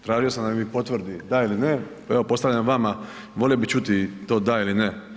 Tražio sam da mi potvrdi, da ili ne, evo postavljam vama, volio bih čuti to da ili ne.